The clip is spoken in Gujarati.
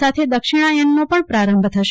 સાથે દક્ષિણાયનનો પણ પ્રારંભ થશે